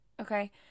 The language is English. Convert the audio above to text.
okay